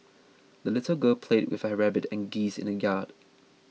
the little girl played with her rabbit and geese in the yard